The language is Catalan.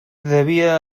devia